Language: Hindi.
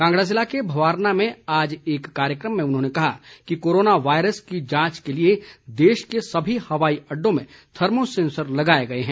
कांगड़ा जिले के भवारना में आज एक कार्यक्रम में उन्होंने कहा कि कोरोना वायरस की जांच के लिए देश के सभी हवाई अड्डो में थर्मो सेंसर लगाए गए हैं